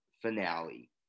Finale